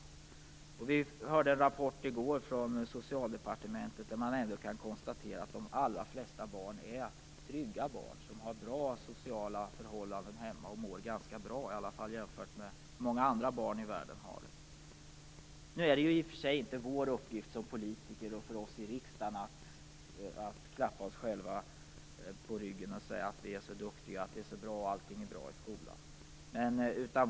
Vi fick i går en rapport från Socialdepartementet där man konstaterar att de allra flesta barn är trygga barn, som har goda sociala förhållanden hemma och mår ganska bra, i alla fall jämfört med många andra barn i världen. I och för sig är det inte vår uppgift som politiker och riksdagsledamöter att slå oss själva för bröstet och säga att vi är så duktiga och att allting är så bra i skolan.